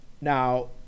Now